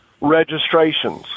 registrations